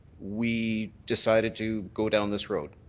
we decided to go down this road?